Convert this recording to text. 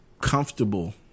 comfortable